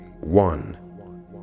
one